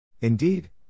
Indeed